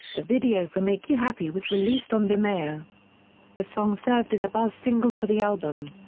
the video for make you happy was released on vimeo. the song served as a buzz single for the album.